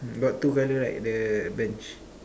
got two colour right the bench